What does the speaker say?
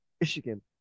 Michigan